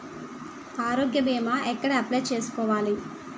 ఆరోగ్య భీమా ఎక్కడ అప్లయ్ చేసుకోవాలి?